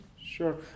Sure